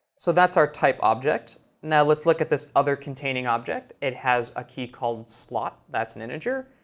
so that's our type object. now let's look at this other containing object. it has a key called slot, that's an integer,